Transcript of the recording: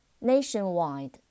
Nationwide